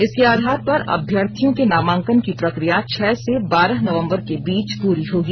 इसके आधार पर अभ्यर्थियों के नामांकन की प्रक्रिया छह से बारह नवंबर के बीच पूरी होगी